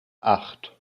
acht